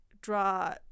draw